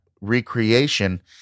recreation